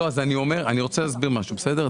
לא, אז אני אומר, אני רוצה להסביר משהו, בסדר?